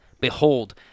Behold